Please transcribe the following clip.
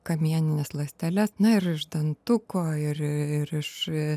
kamienines ląsteles na ir iš dantuko ir iš